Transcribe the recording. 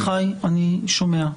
אביחי, אני שומע.